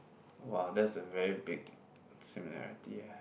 !wah! that's a very big similarity eh